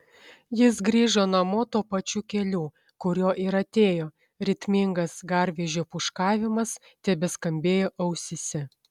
jis grįžo namo tuo pačiu keliu kuriuo ir atėjo ritmingas garvežio pūškavimas tebeskambėjo ausyse